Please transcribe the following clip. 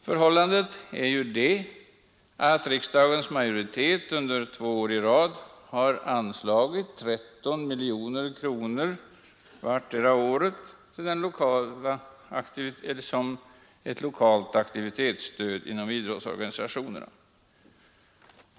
Förhållandet är ju det att riksdagens majoritet två år i rad har anslagit 13 miljoner kronor vartdera året som ett lokalt aktivitetsstöd inom idrottsorganisationerna.